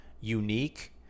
unique